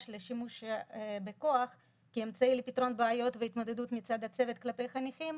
לשימוש בכוח כאמצעי לפתרון בעיות והתמודדות מצד הצוות כלפי חניכים,